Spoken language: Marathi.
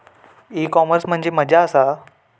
ई कॉमर्स म्हणजे मझ्या आसा?